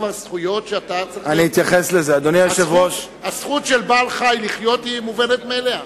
הזכות של בעל-חיים לחיות היא מובנת מאליה.